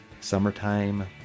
summertime